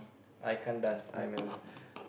I can't dance I'm a